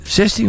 16